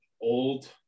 old